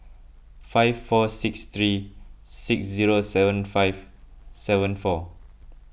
five four six three six zero seven five seven four